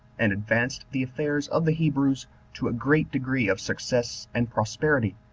and advanced the affairs of the hebrews to a great degree of success and prosperity,